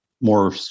more